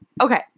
Okay